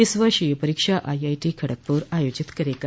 इस वर्ष यह परीक्षा आईआईटी खड़गपुर आयोजित करेगा